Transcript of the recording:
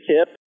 tip